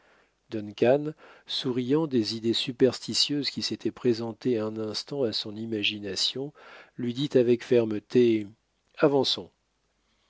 souriant des idées superstitieuses qui s'étaient présentées un instant à son imagination lui dit avec fermeté avançons